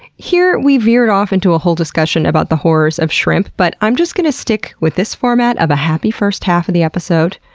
here we veered off into a whole discussion about the horrors of shrimp, but i'm just going to stick with this format of a happy first half of the episode.